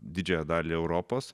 didžiąją dalį europos